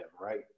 right